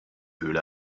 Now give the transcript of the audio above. höhle